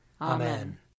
Amen